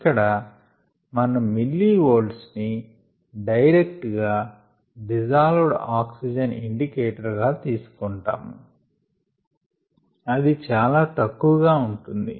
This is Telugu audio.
ఇక్కడ మనం మిల్లీ వోల్ట్స్ ని డైరెక్ట్ గా డిజాల్వ్డ్ ఆక్సిజన్ ఇండికేటర్ గా తీసికొంటాము అది చాలా తక్కువగా ఉంటుంది